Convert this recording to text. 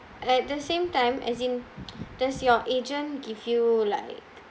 at the same time as in does your agent give you like